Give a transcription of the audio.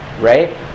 right